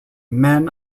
men